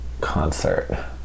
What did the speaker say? concert